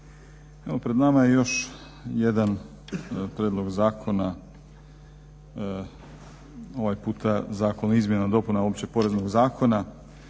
pred nama je još jedan prijedlog zakona, ovaj puta Zakon o izmjenama i dopunama Općeg poreznog zakona